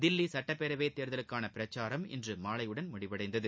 தில்லி சுட்டப்பேரவை தேர்தலுக்கான பிரச்சாரம் இன்று மாலையுடன்முடிவடைந்தது